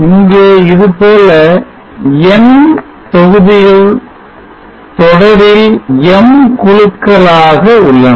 இங்கே இதுபோல n தொகுதிகள் தொடரில் M குழுக்களாக உள்ளன